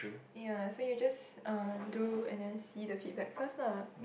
ya so you just uh do and then see the feedback first lah